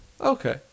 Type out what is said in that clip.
Okay